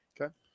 Okay